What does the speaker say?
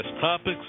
topics